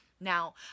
Now